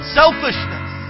selfishness